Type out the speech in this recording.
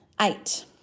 eight